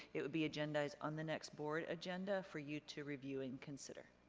it will be agendized on the next board agenda for you to review and consider.